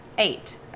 Eight